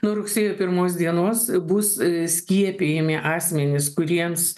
nuo rugsėjo pirmos dienos bus skiepijami asmenys kuriems